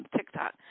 TikTok